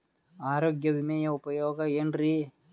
ಆರೋಗ್ಯ ವಿಮೆಯ ಉಪಯೋಗ ಏನ್ರೀ?